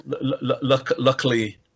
luckily